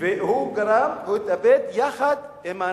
הוא התאבד יחד עם האנשים,